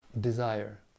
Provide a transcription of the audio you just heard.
desire